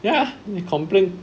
ya 你 complain